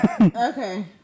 Okay